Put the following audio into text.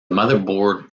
motherboard